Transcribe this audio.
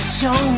show